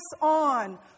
on